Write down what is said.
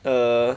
err